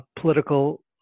political